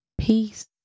Peace